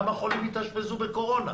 כמה חולים התאשפזו בקורונה?